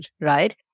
right